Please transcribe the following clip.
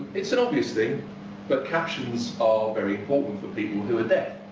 it is an obvious thing but captions are very important for people who are deaf.